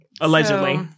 Allegedly